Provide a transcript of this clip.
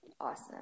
awesome